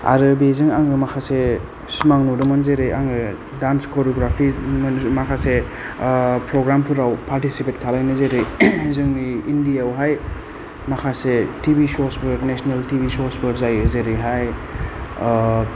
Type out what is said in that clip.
आरो बेजों आङो माखासे सिमां नुदोंमोन जेरै आङो डान्स करिय'ग्राफि माखासे फ्रग्रामफोराव पार्टिसिपेट खालायनो जेरै जोंनि इण्डिया आवहाय माखासे टि भि श'सफोर नेसनेल टि भि श'स फोर जायो जेरैहाय